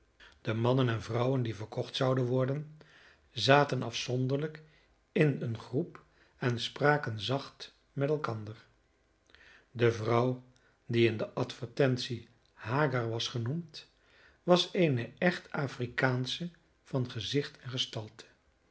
de mannen en vrouwen die verkocht zouden worden zaten afzonderlijk in eene groep en spraken zacht met elkander de vrouw die in de advertentie hagar was genoemd was eene echt afrikaansche van gezicht en gestalte